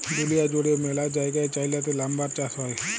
দুঁলিয়া জুইড়ে ম্যালা জায়গায় চাইলাতে লাম্বার চাষ হ্যয়